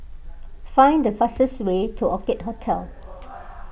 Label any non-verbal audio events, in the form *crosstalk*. find the fastest way to Orchid Hotel *noise*